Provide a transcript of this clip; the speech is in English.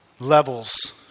Levels